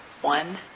one